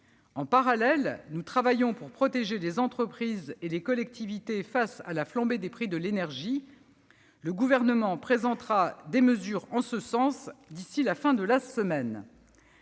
En parallèle, nous travaillons pour protéger les entreprises et les collectivités face à la flambée des prix de l'énergie. Le Gouvernement présentera des mesures en ce sens d'ici à la fin de la semaine.